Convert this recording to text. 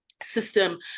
system